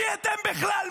מי אתם בכלל?